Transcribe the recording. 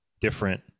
different